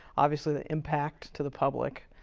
obviously the impact to the public.